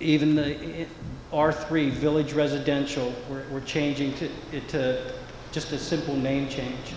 even the or three village residential were changing to it to just the simple name change